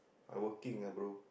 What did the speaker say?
I working lah bro